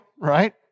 right